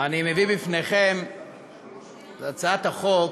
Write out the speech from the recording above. אני מביא לפניכם הצעת חוק